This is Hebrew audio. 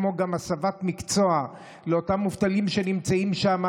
כמו גם הסבת מקצוע לאותם מובטלים שנמצאים שם,